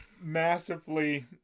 massively